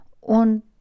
Und